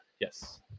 yes